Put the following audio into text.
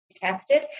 tested